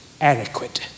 Adequate